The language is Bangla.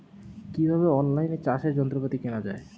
কিভাবে অন লাইনে চাষের যন্ত্রপাতি কেনা য়ায়?